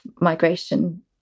migration